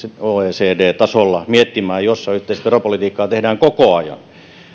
oecd tasolla jossa yhteistä veropolitiikkaa tehdään koko ajan